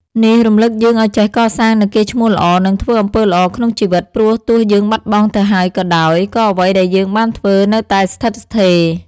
នេះរំលឹកយើងឲ្យចេះកសាងនូវកេរ្តិ៍ឈ្មោះល្អ និងធ្វើអំពើល្អក្នុងជីវិត ព្រោះទោះយើងបាត់បង់ទៅហើយក៏ដោយ ក៏អ្វីដែលយើងបានធ្វើនៅតែស្ថិតស្ថេរ។